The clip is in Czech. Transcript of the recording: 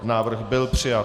Návrh byl přijat.